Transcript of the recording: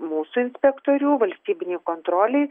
mūsų inspektorių valstybinei kontrolei